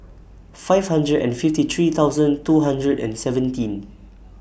five hundred and fifty three thousand two hundred and seventeen